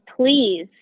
please